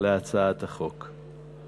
להצעת החוק.